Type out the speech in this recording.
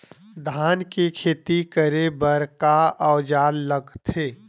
धान के खेती करे बर का औजार लगथे?